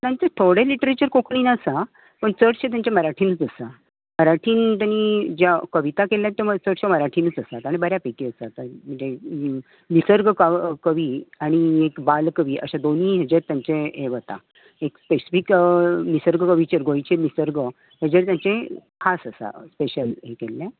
तांचे थोडे लिटरेचर कोंकणीन आसा पूण चडशें तांचे मराठीनूच आसा मराठी तांणी कवीता केल्यो त्यो चडश्यो मराठीनूच आसा आनी बऱ्या पैकी आसात निर्सग कवी आनी एक बालकवी अशे दोनी हाजेर तांचे हे वता एक स्पेसिफिक निर्सग कवीचेर गोंयचे निर्सग हाजेर तांचे खास आसा स्पेशल हे केल्ले